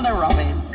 and robyn.